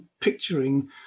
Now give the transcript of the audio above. picturing